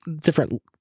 different